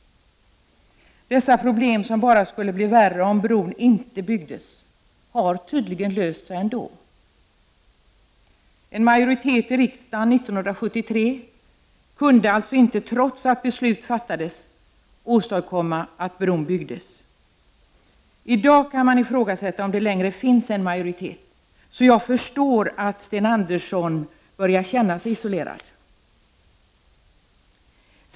Dessa problem, som bara skulle bli värre om bron inte byggdes, har tydligen löst sig ändå. En majoritet i riksdagen 1973 kunde alltså inte, trots att beslut fattades, åstadkomma att bron byggdes. I dag kan man ifrågasätta om det längre finns en sådan majoritet, så jag förstår att Sten Andersson börjar känna sig isolerad.